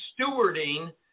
stewarding